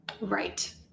Right